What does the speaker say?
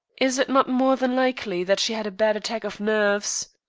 is it not more than likely that she had a bad attack of nerves?